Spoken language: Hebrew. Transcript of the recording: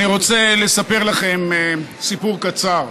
רוצה לספר לכם סיפור קצר.